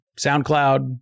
SoundCloud